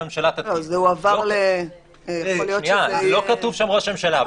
לא כתוב שם ראש ממשלה.